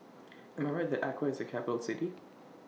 Am I Right that Accra IS A Capital City